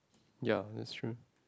ya that's true